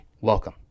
Welcome